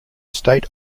state